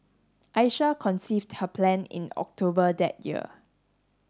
Aisha conceived her plan in October that year